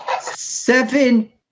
Seven